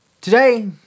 Today